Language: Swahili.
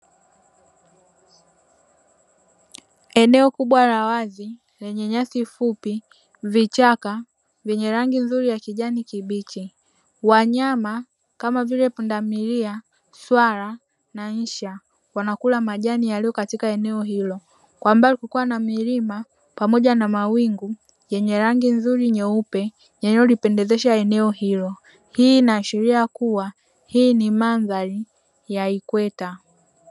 Eneo kubwa la wazi lenye nyasi fupi, vichaka vyenye rangi nzuri ya kijani kibichi, wanyama kama vile pundamilia, swala na insha; wanakula majani yaliyo katika eneo hilo, kwa mbali kukiwa na milima pamoja na mawingu yenye rangi nzuri nyeupe yanayolipendezesha eneo hilo. Hii inaashiria kuwa hii ni mandhari ya ikweta.